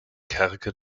kerker